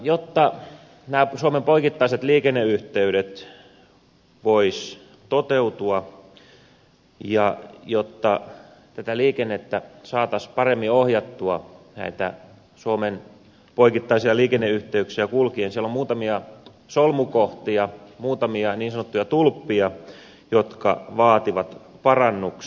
jotta nämä suomen poikittaiset liikenneyhteydet voisivat toteutua ja jotta tätä liikennettä saataisiin paremmin ohjattua näitä suomen poikittaisia liikenneyhteyksiä kulkien siellä on muutamia solmukohtia muutamia niin sanottuja tulppia jotka vaativat parannuksia